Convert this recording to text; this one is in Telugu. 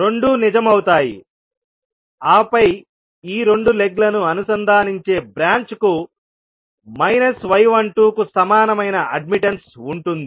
రెండూ నిజం అవుతాయి ఆపై ఈ రెండు లెగ్ లను అనుసంధానించే బ్రాంచ్ కు y12 కు సమానమైన అడ్మిట్టన్స్ ఉంటుంది